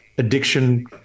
addiction